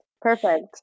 perfect